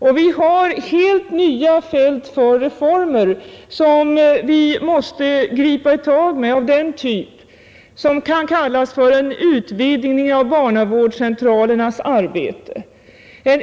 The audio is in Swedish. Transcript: Vi har här ett helt nytt fält för reformer av en Nr 51 typ som kan kallas för en utvidgning av barnavårdscentralernas arbete. De reformerna” måste vi gripa oss an med.